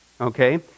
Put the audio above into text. okay